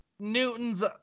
Newton's